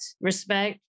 respect